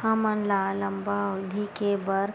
हमन ला लंबा अवधि के बर